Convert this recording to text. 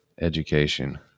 education